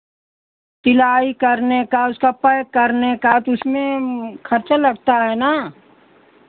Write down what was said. सिलाई करने का उसका पैक करने का तो उसमें खर्चा लगता है ना